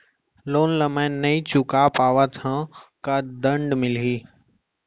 Loan ला मैं नही चुका पाहव त का दण्ड मिलही?